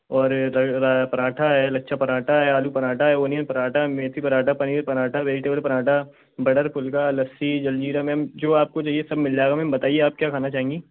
और पराँठा है लच्छा पराँठा है आलू पराँठा है ओनियन पराँठा है मेथी paratha paneer paratha vegetable paratha butter phulka lassi jaljeera ma'am जो आपको चाहिए आपको सब मिल जाएगा मैम बताईए आप क्या खाना चाहेंगी